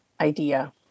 idea